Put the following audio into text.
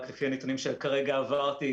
רק לפי הנתונים שכרגע עברתי,